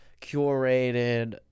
Curated